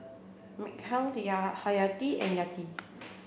Mikhail Hayati and Yati